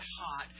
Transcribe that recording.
hot